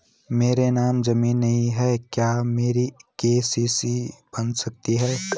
मेरे नाम ज़मीन नहीं है क्या मेरी के.सी.सी बन सकती है?